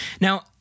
Now